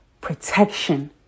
protection